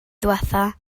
ddiwethaf